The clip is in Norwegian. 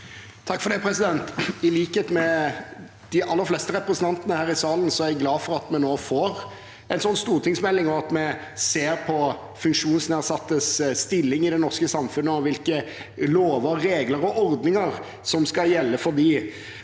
(R) I likhet med de aller fleste representantene her i salen er jeg glad for at vi nå får en slik stortingsmelding, og at vi ser på funksjonsnedsattes stilling i det norske samfunnet og hvilke lover, regler og ordninger som skal gjelde for dem.